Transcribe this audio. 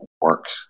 works